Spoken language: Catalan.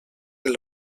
del